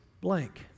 blank